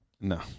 no